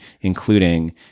including